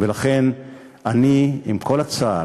ולכן אני, עם כל הצער,